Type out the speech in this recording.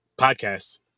Podcasts